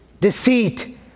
deceit